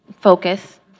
focus